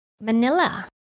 Manila